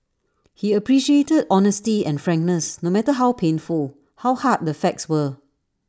he appreciated honesty and frankness no matter how painful how hard the facts were